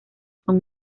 son